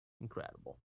Incredible